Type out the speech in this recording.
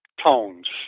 tones